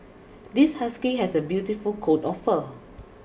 this husky has a beautiful coat of fur